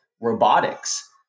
robotics